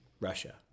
Russia